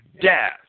death